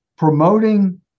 Promoting